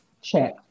check